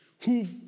who've